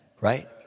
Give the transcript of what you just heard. right